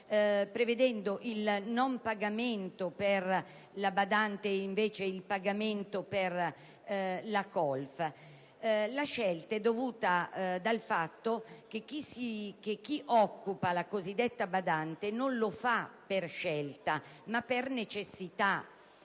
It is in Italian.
prevedendo il non pagamento per la badante e, invece, il pagamento per la colf. La scelta discende dalla constatazione che chi assume la cosiddetta badante non lo fa per scelta, ma per necessità;